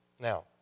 Now